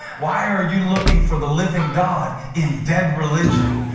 why are you looking for the living god in dead religion,